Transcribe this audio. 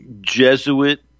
Jesuit